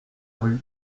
rue